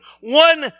one